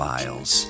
Files